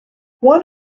one